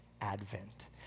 advent